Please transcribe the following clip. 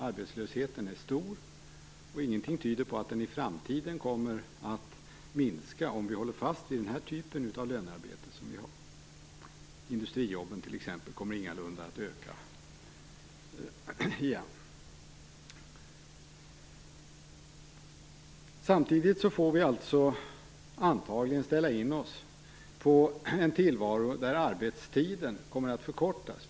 Arbetslösheten är stor, och ingenting tyder på att den i framtiden kommer att minska om vi håller fast vid den typ av lönearbete som vi har. Antalet industrijobb, t.ex., kommer ingalunda att öka igen. Samtidigt får vi antagligen ställa in oss på en tillvaro där arbetstiden kommer att förkortas.